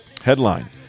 headline